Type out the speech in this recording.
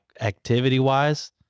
activity-wise